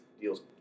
deals